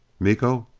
miko.